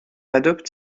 adopte